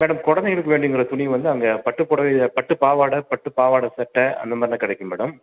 madam குழந்தைங்களுக்கு வேணுங்கிற துணி வந்து அங்கே பட்டு புடவை பட்டு பாவாடை பட்டு பாவாடை சட்டை அந்த மாதிரி தான் கிடைக்கும் மேடம்